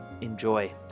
enjoy